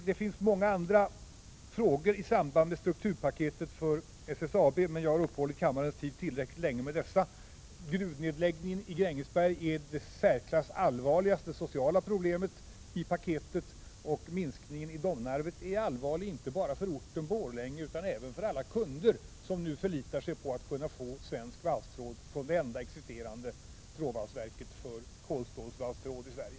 Det finns många andra frågor i samband med strukturpaketet för SSAB, men jag har tagit kammarens tid i anspråk tillräckligt länge med dessa. Gruvnedläggningen i Grängesberg är det i särklass allvarligaste sociala problemet i paketet, och minskningen i Domnarvet är allvarlig inte bara för orten Borlänge utan även för alla kunder som nu förlitar sig på att kunna få svensk valstråd från det enda existerande trådvalsverket för kolstålsvalstråd i Sverige.